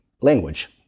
language